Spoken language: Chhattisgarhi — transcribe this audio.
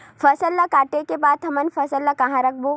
फसल ला काटे के बाद हमन फसल ल कहां रखबो?